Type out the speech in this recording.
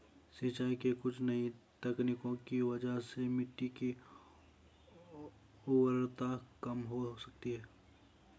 सिंचाई की कुछ नई तकनीकों की वजह से मिट्टी की उर्वरता कम हो सकती है